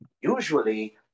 Usually